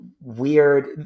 weird